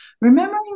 remembering